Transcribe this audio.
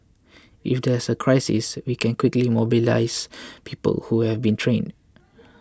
if there's a crisis we can quickly mobilise people who have been trained